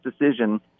decision